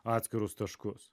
atskirus taškus